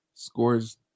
Scores